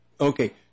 Okay